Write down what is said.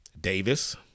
Davis